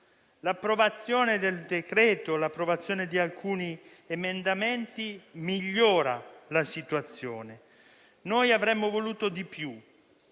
L'approvazione del decreto al nostro esame e di alcuni emendamenti migliora la situazione. Noi avremmo voluto di più,